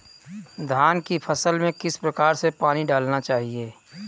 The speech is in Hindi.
धान की फसल में किस प्रकार से पानी डालना चाहिए?